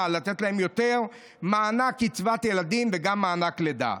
ולתת להן יותר מענק קצבת ילדים וגם מענק לידה.